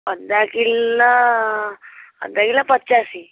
ଅଦା କିଲ ଅଦା କିଲୋ ପଚାଶି